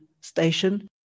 station